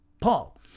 Paul